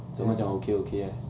怎么讲 okay okay eh